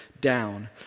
down